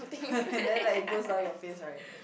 and then like it goes down your face right